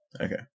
Okay